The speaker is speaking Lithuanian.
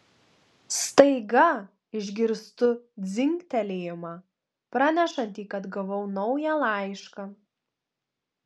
staiga išgirstu dzingtelėjimą pranešantį kad gavau naują laišką